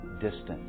distant